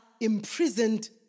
imprisoned